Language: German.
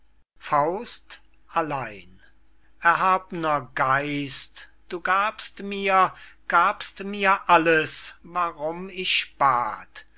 faust allein erhabner geist du gabst mir gabst mir alles warum ich bat